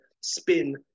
spin